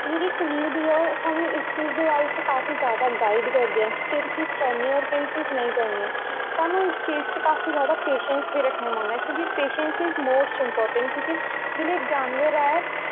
जेह्ड़े सुनील भाईयां ओह् अस बारे च स्हानू काफी जादा गाईड करदे ऐं कि केह्ड़ी चीज़ करनींम ऐर केह्ड़ी चीज़ नेंई करनी स्हानू काफी चीज़ च काफी जादा पेशैंस बी रक्खना पौंदा ऐ क्योंकि पेशैंस इक मोस्ट इंपार्टैंट क्योंकि जेह्ड़ा जानवर ऐ